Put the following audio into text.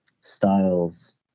styles